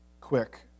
quick